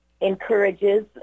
encourages